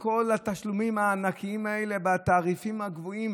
כל התשלומים הענקיים האלה והתעריפים הגבוהים